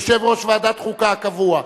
יושב-ראש ועדת חוקה הקבוע,